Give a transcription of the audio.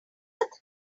ahmed